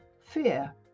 fear